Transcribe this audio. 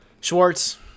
Schwartz